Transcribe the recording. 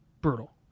Brutal